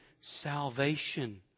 salvation